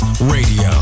Radio